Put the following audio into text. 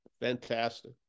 Fantastic